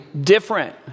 different